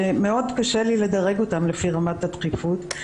שמאוד קשה לי לדרג אותם לפי רמת הדחיפות,